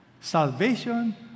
salvation